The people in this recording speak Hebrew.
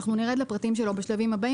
שאנחנו נרד לפרטים שלו בשלבים הבאים